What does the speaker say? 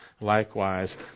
likewise